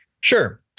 Sure